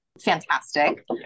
Fantastic